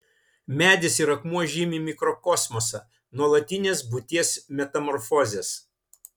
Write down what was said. medis ir akmuo žymi mikrokosmosą nuolatines būties metamorfozes